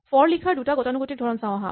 for লিখাৰ দুটা গতানুগতিক ধৰণ চাওঁ আহাঁ